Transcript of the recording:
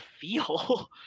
feel